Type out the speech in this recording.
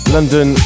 London